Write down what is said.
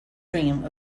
dream